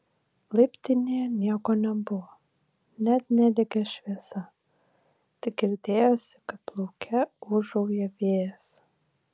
laiptinėje nieko nebuvo net nedegė šviesa tik girdėjosi kaip lauke ūžauja vėjas